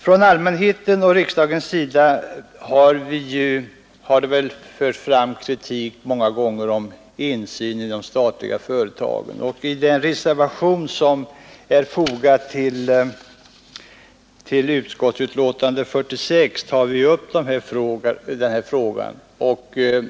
Från allmänhetens och riksdagens sida har också många gånger framförts kritik mot och rests krav på insyn i de statliga företagen. I den reservation som är fogad till näringsutskottets betänkande nr 46 tar vi upp den frågan.